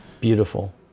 Beautiful